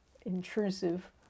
intrusive